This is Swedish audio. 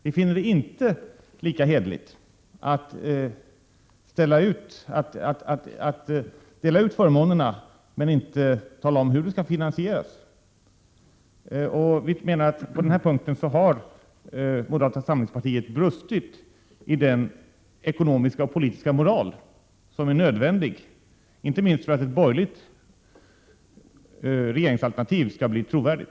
Det är inte lika hederligt att dela ut förmånerna men inte tala om hur de skall finansieras. På denna punkt har moderata samlingspartiet brustit i den ekonomiska och politiska moral som är nödvändig, inte minst för att att ett borgerligt regeringsalternativ skall bli trovärdigt.